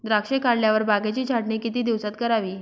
द्राक्षे काढल्यावर बागेची छाटणी किती दिवसात करावी?